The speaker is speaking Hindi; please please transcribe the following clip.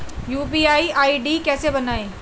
यू.पी.आई आई.डी कैसे बनाएं?